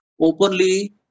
openly